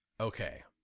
Okay